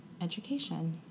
education